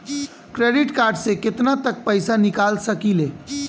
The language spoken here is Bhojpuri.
क्रेडिट कार्ड से केतना तक पइसा निकाल सकिले?